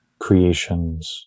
creations